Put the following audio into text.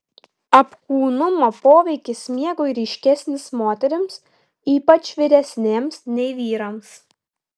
apkūnumo poveikis miegui ryškesnis moterims ypač vyresnėms nei vyrams